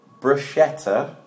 bruschetta